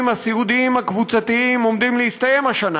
הסיעודיים הקבוצתיים עומדים להסתיים השנה.